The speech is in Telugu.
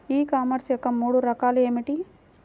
ఈ కామర్స్ యొక్క మూడు రకాలు ఏమిటి?